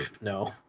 No